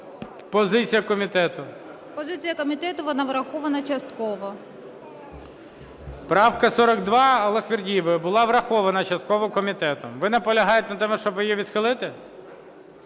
Позиція комітету – вона врахована частково. ГОЛОВУЮЧИЙ. Правка 42 Аллахвердієвої була врахована частково комітетом. Ви наполягаєте на тому, щоб її відхилити?